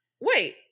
wait